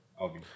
Okay